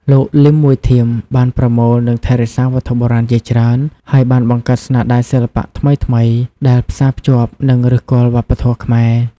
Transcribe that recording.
លោក លីម មួយធៀម បានប្រមូល និងថែរក្សាវត្ថុបុរាណជាច្រើន ហើយបានបង្កើតស្នាដៃសិល្បៈថ្មីៗដែលផ្សារភ្ជាប់នឹងឫសគល់វប្បធម៌ខ្មែរ។